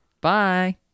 Bye